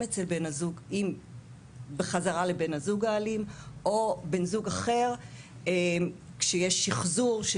אם בחזרה לבן הזוג האלים או בן זוג אחר כשיש שחזור של